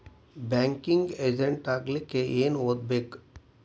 Banking agent ಆಗ್ಲಿಕ್ಕೆ ಏನ್ ಓದ್ಬೇಕು?